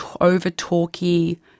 over-talky